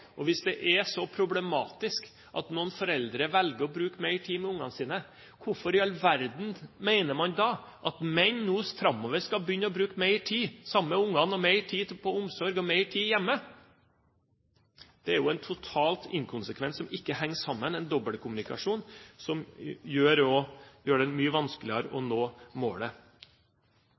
og hvis det er så problematisk at noen foreldre velger å bruke mer tid med ungene sine, hvorfor i all verden mener man da at menn nå framover skal begynne å bruke mer tid sammen med ungene, mer tid på omsorg og mer tid hjemme? Det er jo en total inkonsekvens, det henger ikke sammen, og det er en dobbeltkommunikasjon som gjør det mye vanskeligere å nå målet.